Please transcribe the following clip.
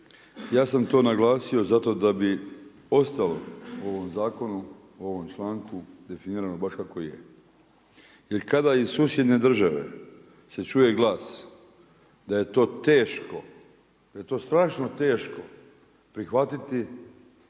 ja sam to naglasio zato da bi ostalo u ovom zakonu, u ovom članku definirano baš kako i je. Jer kada iz susjedne države se čuje glas da je to teško, da je to strašno teško prihvatiti